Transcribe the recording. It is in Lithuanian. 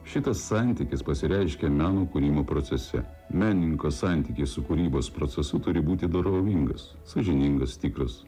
šitas santykis pasireiškia meno kūrimo procese menininko santykis su kūrybos procesu turi būti dorovingas sąžiningas tikras